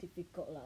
difficult lah